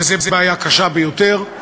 וזאת בעיה קשה ביותר.